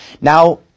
Now